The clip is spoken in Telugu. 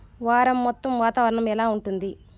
వారం మొత్తం వాతావరణం ఎలా ఉంటుంది